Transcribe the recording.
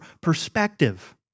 perspective